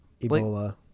Ebola